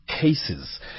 cases